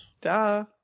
Duh